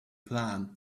plant